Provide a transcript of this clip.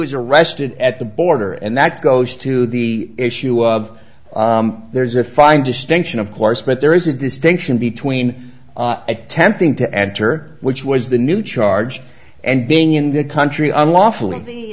was arrested at the border and that goes to the issue of there's a fine distinction of course but there is a distinction between attempting to enter which was the new charge and being in the country unlawfully